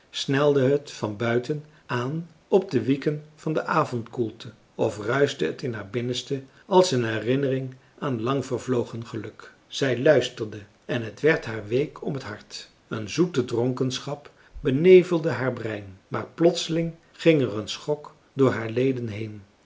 het van buiten aan op de wieken van de avondkoelte of ruischte het in haar binnenste als een herinnering aan lang vermarcellus emants een drietal novellen vlogen geluk zij luisterde en het werd haar week om het hart een zoete dronkenschap benevelde haar brein maar plotseling ging er een schok door haar leden heen